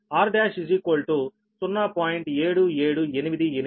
కనుక r1 0